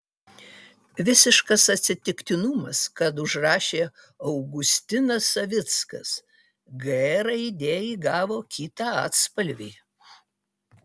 visiškas atsitiktinumas kad užraše augustinas savickas g raidė įgavo kitą atspalvį